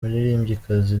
muririmbyikazi